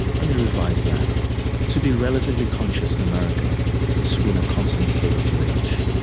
let me revise that to be relatively conscious in america is to be in a constant state of rage.